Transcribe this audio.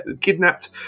kidnapped